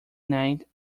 night